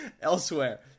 Elsewhere